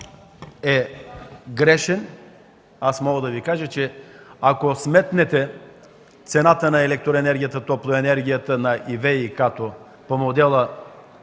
е грешен. Мога да Ви кажа, че ако сметнете цената на електроенергията, на топлоенергията и ВиК по модела